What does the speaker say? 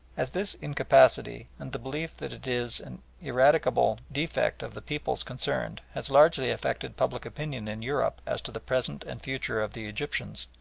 as this incapacity and the belief that it is an irradicable defect of the peoples concerned has largely affected public opinion in europe as to the present and future of the egyptians,